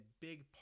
big